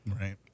Right